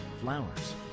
flowers